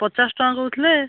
ପଚାଶ ଟଙ୍କା କହୁଥିଲେ